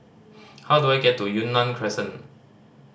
how do I get to Yunnan Crescent